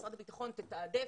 למשרד הביטחון לתעדף,